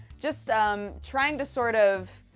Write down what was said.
just, um, trying to sort of.